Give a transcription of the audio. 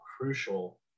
crucial